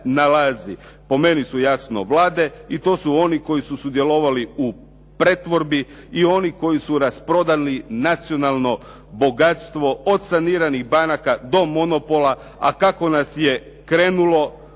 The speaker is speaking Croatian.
po meni su jasno vlade i to su oni koji su sudjelovali u pretvorbi i oni koji su rasprodali nacionalno bogatstvo, od saniranih banaka do monopola, a kao nas je krenulo